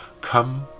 come